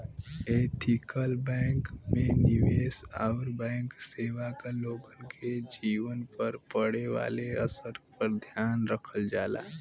ethical bank में निवेश आउर बैंक सेवा क लोगन के जीवन पर पड़े वाले असर पर ध्यान रखल जाला